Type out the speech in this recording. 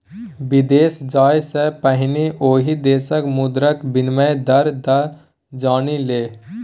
विदेश जाय सँ पहिने ओहि देशक मुद्राक विनिमय दर तँ जानि ले